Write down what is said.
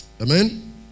Amen